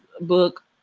book